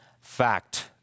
fact